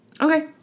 Okay